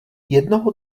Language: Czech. jednoho